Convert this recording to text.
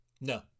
No